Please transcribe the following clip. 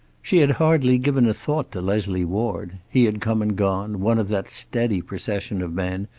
she had hardly given a thought to leslie ward. he had come and gone, one of that steady procession of men,